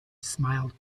smiled